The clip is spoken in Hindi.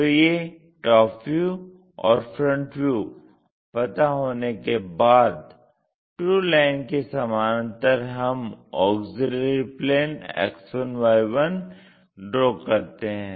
तो ये TV और FV पता होने के बाद ट्रू लाइन के समानान्तर हम ऑक्सिलियरी प्लेन X1Y1 ड्रा करते हैं